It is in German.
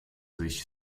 sich